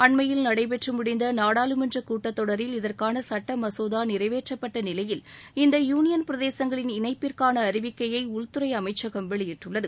அண்மையில் நடைபெற்று முடிந்த நாடாளுமன்ற கூட்டத் தொடரில் இதற்கான சட்ட மசோதா நிறைவேற்றப்பட்ட நிலையில் இந்த யூனியன் பிரதேசங்களின் இணைப்பிற்கான அறிவிக்கையை உள்துறைஅமைச்சகம் வெளியிட்டுள்ளது